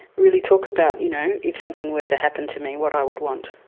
really talk about you know if something were to happen to me, what i would want.